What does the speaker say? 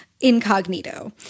incognito